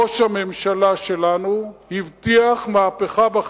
ראש הממשלה שלנו הבטיח מהפכה בחינוך: